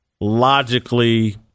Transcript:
logically